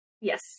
Yes